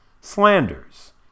slanders